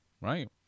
right